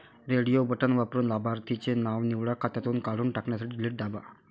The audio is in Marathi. रेडिओ बटण वापरून लाभार्थीचे नाव निवडा, खात्यातून काढून टाकण्यासाठी डिलीट दाबा